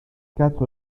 quatre